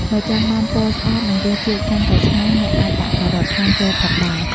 បើចង់បានពណ៌ស្អាត និងរសជាតិកាន់តែឆ្ងាញ់ អ្នកអាចដាក់ ការ៉ុតហាន់ ចូលផងដែរ។